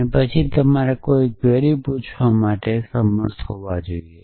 અને પછી તમારે કોઈ ક્વેરી પૂછવા માટે સમર્થ હોવા જોઈએ